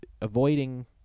avoiding